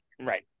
right